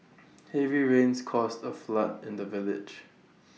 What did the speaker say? heavy rains caused A flood in the village